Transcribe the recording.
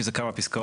כי זה כמה פסקאות.